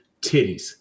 titties